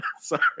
sorry